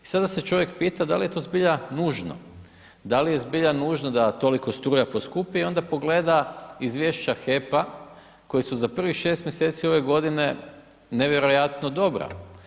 I sada se čovjek pita da li je to zbilja nužno, da li je zbilja nužno da toliko struja poskupi i onda pogleda izvješća HEP-a koji su za prvih 6 mjeseci ove godine nevjerojatno dobra.